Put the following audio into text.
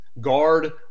guard